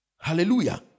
Hallelujah